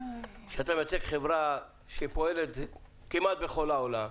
שאתה מייצג חברה שפועלת כמעט בכל העולם,